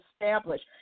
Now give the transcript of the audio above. established